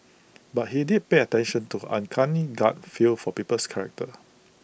but he did pay attention to her uncanny gut feel for people's characters